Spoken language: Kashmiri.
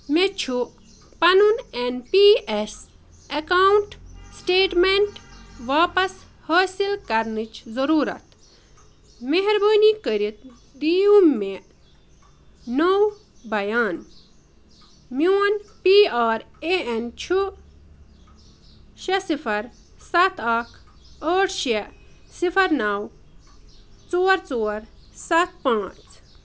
مےٚ چھُ پنُن N P S account statement واپس حٲصِل کَرنٕچ ضٔروٗرت مہربٲنی کٔرِتھ دِیِو مےٚ نوٚو بیان میون پی آر اے اٮ۪ن چھُ شےٚ صِفر سَتھ اکھ ٲٹھ شےٚ صِفر نَو ژور ژور سَتھ پانٛژھ